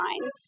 minds